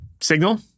signal